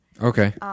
Okay